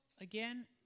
again